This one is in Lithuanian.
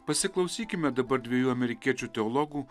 pasiklausykime dabar dviejų amerikiečių teologų